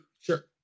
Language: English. Sure